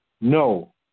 No